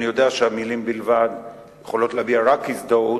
אני יודע שהמלים בלבד יכולות להביע רק הזדהות,